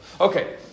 okay